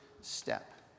step